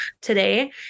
today